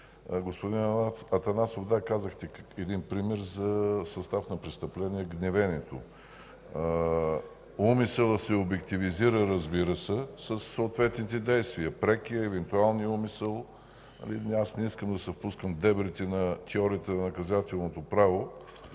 Господин Атанасов, да, казахте един пример за състав на престъпление „гневенето”. Умисълът се обективизира, разбира се, със съответните действия – прекият, евентуалният умисъл. Аз не искам да се впускам в дебрите на теорията на наказателното право.